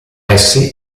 essi